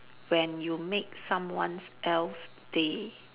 when you make someone's else day